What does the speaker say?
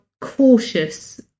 cautious